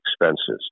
expenses